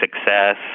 success